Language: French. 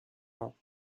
mans